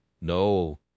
No